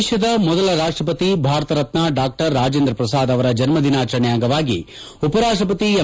ದೇಶದ ಮೊದಲ ರಾಷ್ಟಪತಿ ಭಾರತರತ್ನ ಡಾ ರಾಜೇಂದ್ರ ಪ್ರಸಾದ್ ಅವರ ಜನ್ಮ ದಿನಾಚರಣೆ ಅಂಗವಾಗಿ ಉಪರಾಷ್ಟಪತಿ ಎಂ